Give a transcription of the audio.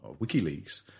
WikiLeaks